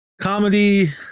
Comedy